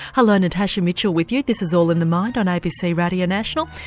hello, natasha mitchell with you this is all in the mind on abc radio national.